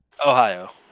Ohio